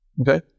Okay